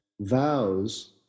vows